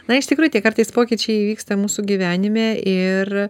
na iš tikrųjų tie kartais pokyčiai įvyksta mūsų gyvenime ir